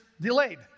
delayed